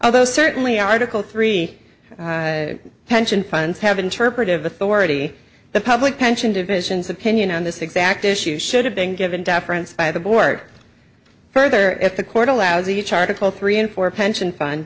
although certainly article three pension funds have interpretive authority the public pension divisions of opinion on this exact issue should have been given deference by the board further if the court allows each article three in for a pension fund